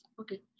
okay